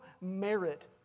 merit